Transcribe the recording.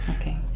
Okay